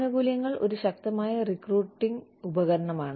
ആനുകൂല്യങ്ങൾ ഒരു ശക്തമായ റിക്രൂട്ടിംഗ് ഉപകരണമാണ്